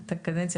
את הקדנציה,